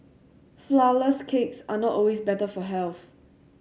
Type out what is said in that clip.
flourless cakes are not always better for health